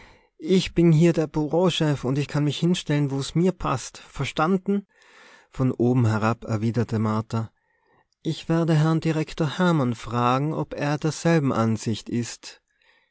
ich bin hier der bureauchef und ich kann mich hinstellen wo mir's paßt verstanden von oben herab erwiderte martha ich werde herrn direktor hermann fragen ob er derselben ansicht ist